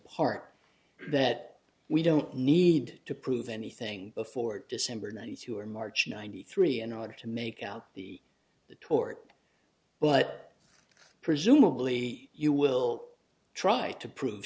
part that we don't need to prove anything before december ninety two or march ninety three in order to make out the tort but presumably you will try to prove